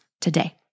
today